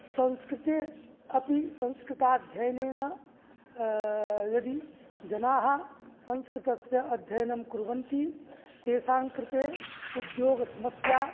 संस्कृते अपि संस्कृताध्यायनेन यदि जनाः संस्कृतस्य अध्ययनं कुर्वन्ति तेषां कृते उद्योगसमस्या